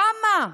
למה?